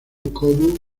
como